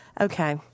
Okay